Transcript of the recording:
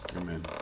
amen